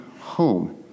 home